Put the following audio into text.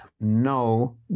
no